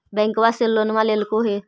बैंकवा से लोनवा लेलहो हे?